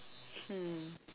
hmm